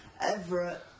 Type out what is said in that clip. Everett